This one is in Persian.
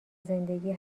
زندگی